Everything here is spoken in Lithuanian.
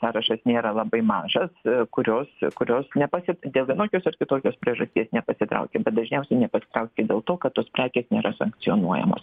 sąrašas nėra labai mažas kurios kurios nepasid dėl vienokios ar kitokios priežasties nepasitraukė bet nepasitraukė dėl to kad tos prekės nėra sankcionuojamos